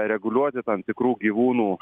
reguliuoti tam tikrų gyvūnų